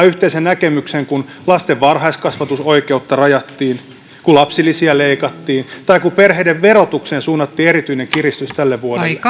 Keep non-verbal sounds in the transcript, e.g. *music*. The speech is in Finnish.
*unintelligible* yhteisen näkemyksen kun lasten varhaiskasvatusoikeutta rajattiin kun lapsilisiä leikattiin ja kun perheiden verotukseen suunnattiin erityinen kiristys tälle vuodelle